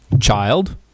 child